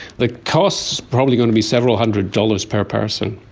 the cost is probably going to be several hundred dollars per person.